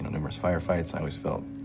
numerous firefights. i always felt,